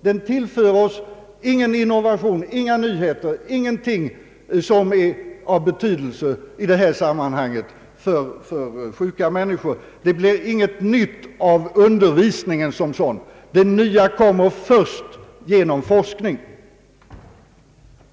Den tillför oss ingen inovation, inga nyheter, ingenting som är av betydelse för förbättrad vård av sjuka människor. Det blir inget nytt av undervisningen som sådan. Det nya kommer först genom forskning.